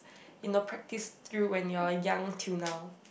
you know practise through when you are young till now